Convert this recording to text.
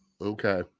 Okay